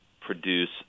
produce